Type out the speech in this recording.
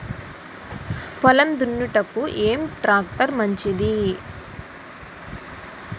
పొలం దున్నుటకు ఏ ట్రాక్టర్ మంచిది?